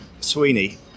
Sweeney